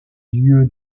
lieux